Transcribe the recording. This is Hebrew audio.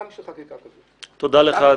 גם בשביל חקיקה כזאת --- תודה לך,